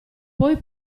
poi